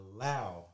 allow